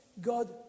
God